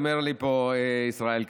גם צביקה האוזר הצביע בעד, אומר לי ישראל כץ.